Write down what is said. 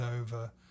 over